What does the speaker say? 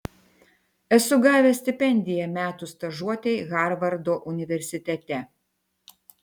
esu gavęs stipendiją metų stažuotei harvardo universitete